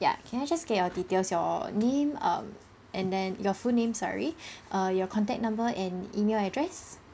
ya can I just get your details your name um and then your full name sorry err your contact number and email address